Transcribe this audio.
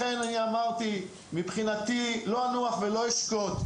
לכן אני אמרתי, מבחינתי לא אנוח ולא אשקוט,